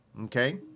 Okay